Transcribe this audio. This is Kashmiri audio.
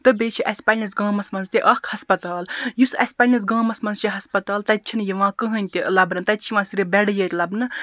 تہٕ بیٚیہِ چھِ اَسہِ پَنٕنِس گامَس مَنٛز تہِ اکھ ہَسپَتال یُس اَسہِ پَنٕنِس گامَس مَنٛز چھُ ہَسپَتال تَتہِ چھُ نہٕ یِوان کٕہٕنٛۍ تہِ لَبنہٕ تَتہِ چھ یِوان صِرِٕف بیٚڈٕے یٲتۍ لَبنہٕ